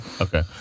Okay